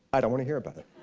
i don't want to hear about it.